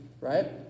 right